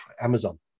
amazon